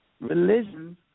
Religion